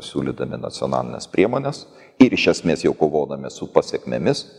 siūlydami nacionalines priemones ir iš esmės jau kovodami su pasekmėmis